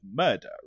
murder